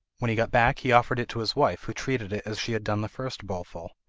when he got back he offered it to his wife, who treated it as she had done the first bowlful.